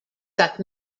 that